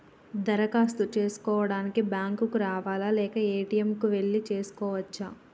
దరఖాస్తు చేసుకోవడానికి బ్యాంక్ కు రావాలా లేక ఏ.టి.ఎమ్ కు వెళ్లి చేసుకోవచ్చా?